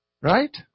right